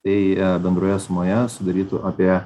tai bendroje sumoje sudarytų apie